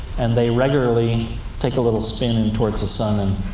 and they regularly take a little spin, in towards the sun and